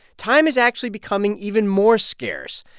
time is actually becoming even more scarce.